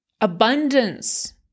Abundance